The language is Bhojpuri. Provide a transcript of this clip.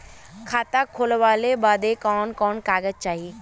खाता खोलवावे बादे कवन कवन कागज चाही?